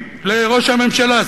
לראש הממשלה,